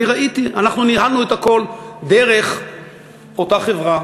אני ראיתי, אנחנו ניהלנו את הכול דרך אותה חברה.